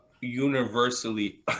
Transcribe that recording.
universally